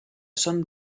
són